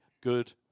good